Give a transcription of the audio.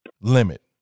limit